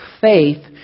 faith